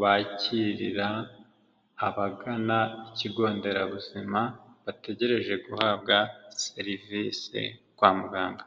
bakirira abagana ikigonderabuzima, bategereje guhabwa serivisi kwa muganga.